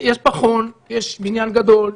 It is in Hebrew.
יש פחון ויש בניין גדול,